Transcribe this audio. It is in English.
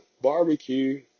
Barbecue